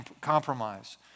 compromise